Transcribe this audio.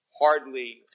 Hardly